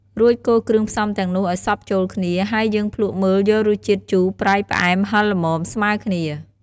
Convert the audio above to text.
រួចកូរគ្រឿងផ្សំទាំងនោះឲ្យសព្វចូលគ្នា ហើយយើងភ្លក្សមើលយករសជាតិជូរ ប្រៃ ផ្អែម ហឹរល្មមស្មើរគ្នា។